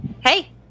hey